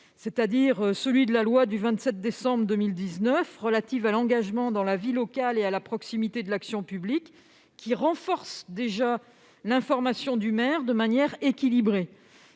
actuel issu de la loi du 27 décembre 2019 relative à l'engagement dans la vie locale et à la proximité de l'action publique qui renforce déjà l'information du maire de manière équilibrée.